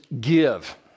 give